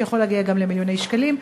שיכול להגיע גם למיליוני שקלים.